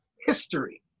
history